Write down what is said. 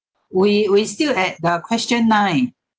we we still at the question nine